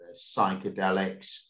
psychedelics